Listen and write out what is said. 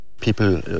People